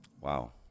wow